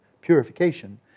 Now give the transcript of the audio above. purification